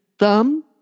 Thumb